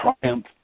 triumph